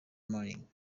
morning